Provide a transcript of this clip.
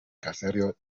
caserío